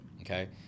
Okay